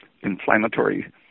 inflammatory